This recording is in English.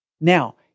Now